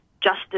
justice